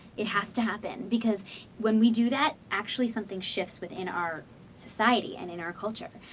it has to happen, because when we do that, actually something shifts within our society, and in our culture.